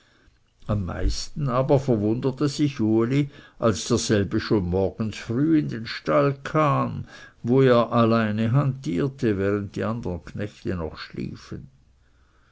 am meisten aber verwunderte sich uli als derselbe schon morgens früh in den stall kam wo er alleine hantierte während die andern knechte noch schliefen